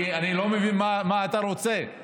אני לא מבין מה אתה רוצה.